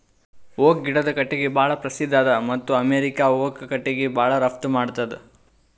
oak ಗಿಡದು ಕಟ್ಟಿಗಿ ಭಾಳ್ ಪ್ರಸಿದ್ಧ ಅದ ಮತ್ತ್ ಅಮೇರಿಕಾ ಓಕ್ ಕಟ್ಟಿಗಿ ಭಾಳ್ ರಫ್ತು ಮಾಡ್ತದ್